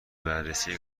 بررسی